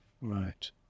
right